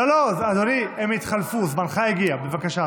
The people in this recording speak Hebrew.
בבקשה,